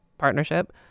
partnership